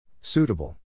Suitable